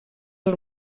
els